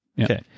okay